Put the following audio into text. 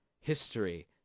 history